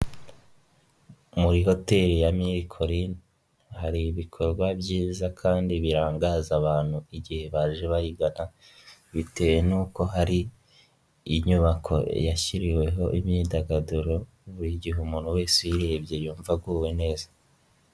Muri hoteli ya Mille Colline hari ibikorwa byiza kandi birangaza abantu igihe baje bayigana, bitewe n'uko hari inyubako yashyiriweho imyidagaduro, buri gihe umuntu wese uyirebye yumva aguwe neza.